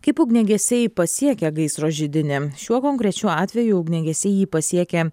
kaip ugniagesiai pasiekia gaisro židinį šiuo konkrečiu atveju ugniagesiai jį pasiekė